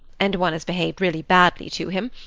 and one has behaved really badly to him,